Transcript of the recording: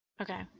Okay